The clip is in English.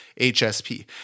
HSP